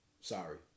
Sorry